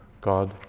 God